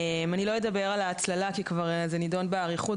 אני לא אדבר על ההצללה כי זה נידון באריכות.